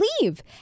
leave